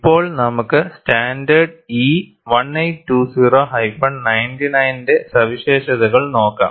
ഇപ്പോൾ നമുക്ക് standard E 1820 99 ന്റെ സവിശേഷതകൾ നോക്കാം